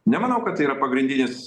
nemanau kad tai yra pagrindinis